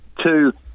two